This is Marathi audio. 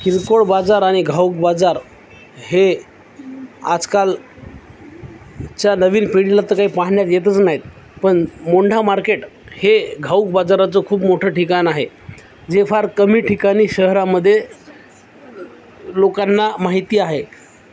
किरकोळ बाजार आणि घाऊक बाजार हे आजकालच्या नवीन पिढीला तर काही पाहण्यात येतच नाहीत पण मोंढा मार्केट हे घाऊक बाजाराचं खूप मोठं ठिकाण आहे जे फार कमी ठिकाणी शहरामध्ये लोकांना माहिती आहे